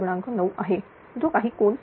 9आहे जो काही कोन येतो